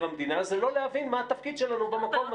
המדינה זה לא להבין מה התפקיד שלנו במקום הזה.